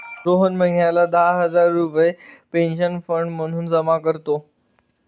रोहन महिन्याला दहा हजार रुपये पेन्शन फंड म्हणून जमा करतो